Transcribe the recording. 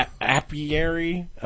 Apiary